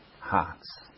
hearts